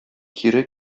кире